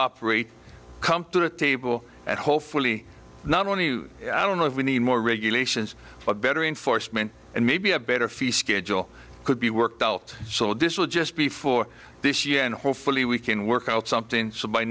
operate come to the table and hopefully not only i don't know if we need more regulations but better enforcement and maybe a better feel schedule could be worked out so this will just be for this year and hopefully we can work out something so